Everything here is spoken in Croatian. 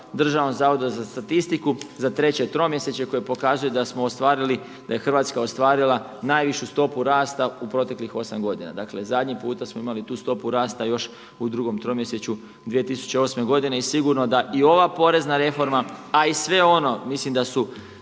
Državnom zavodu za statistiku za 3. tromjesečje koje pokazuje da smo ostvarili, da je Hrvatska ostvarila najvišu stopu rasta u proteklih osam godina. Dakle, zadnji puta smo imali tu stopu rasta još u 2. tromjesečju 2008. godine i sigurno da i ova porezna reforma, a i sve ono mislim da su